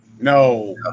no